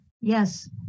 Yes